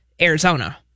Arizona